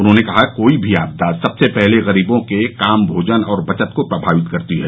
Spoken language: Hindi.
उन्होंने कहा कि कोई भी आपदा सबसे पहले गरीबों के काम भोजन और बचत को प्रभावित करती है